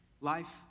life